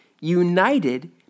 united